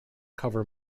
cover